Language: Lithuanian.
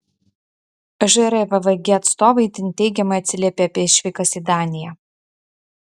žrvvg atstovai itin teigiamai atsiliepė apie išvykas į daniją